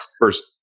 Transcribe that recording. first